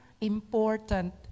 important